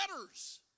letters